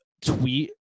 tweet